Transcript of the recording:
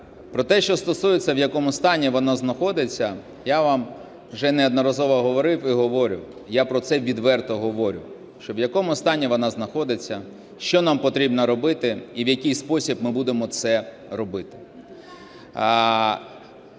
Про те, що стосується, в якому стані вона знаходиться, я вам вже неодноразово говорив і говорю, я про це відверто говорю, в якому стані вона знаходиться, що нам потрібно робити і в який спосіб ми будемо це робити.